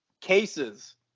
cases